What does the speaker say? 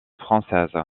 française